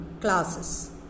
classes